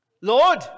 Lord